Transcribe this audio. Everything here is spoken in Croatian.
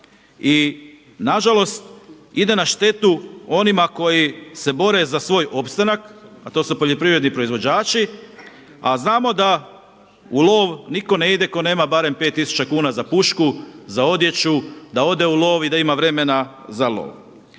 i na žalost ide na štetu onima koji se bore za svoj opstanak, a to su poljoprivredni proizvođači, a znamo da u lov niko ne ide tko nema barem pet tisuća kuna za pušku, za odjeću, da ode u lov i da ima vremena za lov.